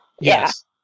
Yes